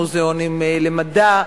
מוזיאונים למדע,